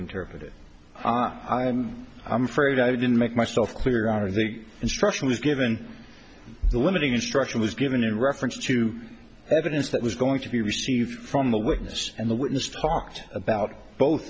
interpret it i'm afraid i didn't make myself clear out of the instruction was given the limiting instruction was given in reference to evidence that was going to be received from a witness and the witness talked about both